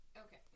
Okay